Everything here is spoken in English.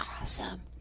awesome